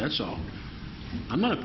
that's all i'm not